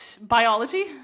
biology